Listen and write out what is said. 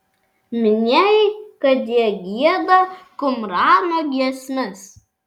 minėjai kad jie gieda kumrano giesmes